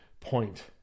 point